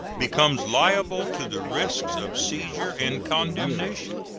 becomes liable to the risks of seizure and condemnation.